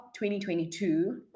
2022